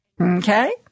Okay